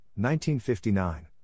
1959